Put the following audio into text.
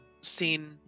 seen